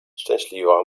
szczęśliwa